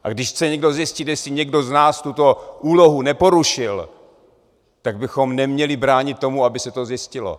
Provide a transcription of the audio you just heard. A když chce někdo zjistit, jestli někdo z nás tuto úlohu neporušil, tak bychom neměli bránit tomu, aby se to zjistilo.